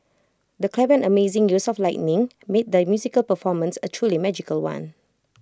the clever and amazing use of lighting made the musical performance A truly magical one